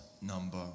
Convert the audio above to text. number